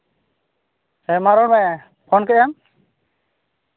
ᱦᱮᱸ ᱢᱟ ᱨᱚᱲ ᱢᱮ ᱯᱷᱳᱱ ᱠᱮᱜ ᱮᱢ